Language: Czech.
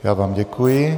Já vám děkuji.